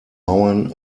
mauern